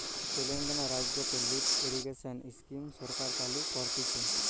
তেলেঙ্গানা রাজ্যতে lift irrigation scheme সরকার চালু করতিছে